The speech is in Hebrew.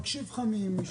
אני מקשיב לך משם.